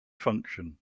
function